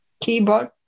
keyboard